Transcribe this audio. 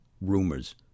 rumors